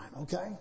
okay